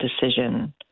decision